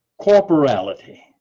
Corporality